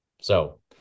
So-